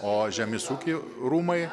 o žemės ūkio rūmai